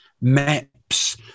maps